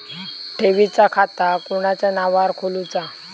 ठेवीचा खाता कोणाच्या नावार खोलूचा?